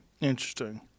interesting